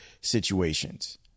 situations